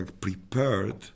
prepared